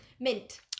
mint